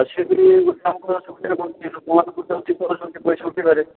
ପଇସା ରଖିବାରେ